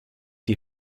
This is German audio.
die